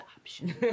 option